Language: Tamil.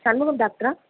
சண்முகம் டாக்ட்ரா